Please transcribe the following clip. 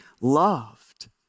loved